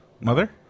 mother